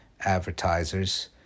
advertisers